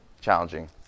challenging